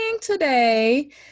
today